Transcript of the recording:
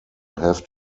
have